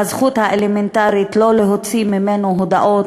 והזכות האלמנטרית שלא להוציא ממנו הודאות,